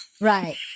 Right